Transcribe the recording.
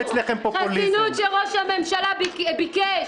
בחסינות שראש הממשלה ביקש.